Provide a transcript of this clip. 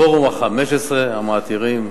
פורום ה-15, המעטירים,